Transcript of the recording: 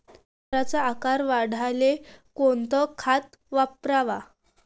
संत्र्याचा आकार वाढवाले कोणतं खत वापराव?